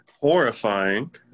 horrifying